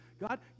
God